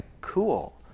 cool